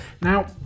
Now